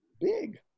big